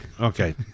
okay